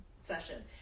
session